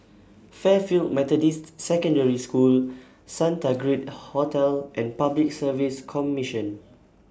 Fairfield Methodist Secondary School Santa Grand Hotel and Public Service Commission